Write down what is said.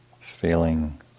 feeling